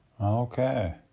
Okay